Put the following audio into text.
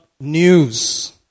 news